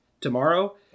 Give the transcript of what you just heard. tomorrow